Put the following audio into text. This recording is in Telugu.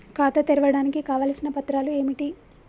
ఖాతా తెరవడానికి కావలసిన పత్రాలు ఏమిటి?